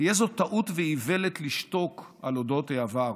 תהיה זאת טענות ואיוולת לשתוק על אודות העבר.